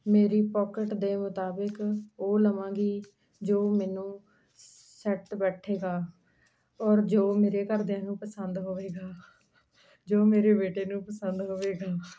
ਮੇਰੀ ਪੋਕਟ ਦੇ ਮੁਤਾਬਿਕ ਉਹ ਲਵਾਂਗੀ ਜੋ ਮੈਨੂੰ ਸੈੱਟ ਬੈਠੇਗਾ ਔਰ ਜੋ ਮੇਰੇ ਘਰਦਿਆਂ ਨੂੰ ਪਸੰਦ ਹੋਵੇਗਾ ਜੋ ਮੇਰੇ ਬੇਟੇ ਨੂੰ ਪਸੰਦ ਹੋਵੇਗਾ